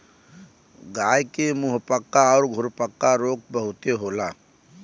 गाय के मुंहपका आउर खुरपका रोग बहुते होला